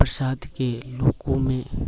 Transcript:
प्रसादके लोकोमे